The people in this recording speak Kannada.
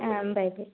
ಹಾಂ ಬಾಯ್ ಬಾಯ್